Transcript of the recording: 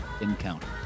Encounter